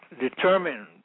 determined